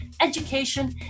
education